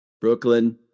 Brooklyn